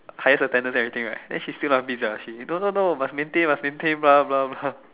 highest attendance everything right then she still ask me no no no must maintain must maintain blare blare blare